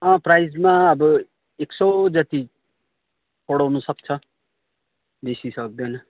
प्राइजमा अब एक सय जति बढाउनु सक्छ बेसी सक्दैन